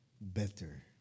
better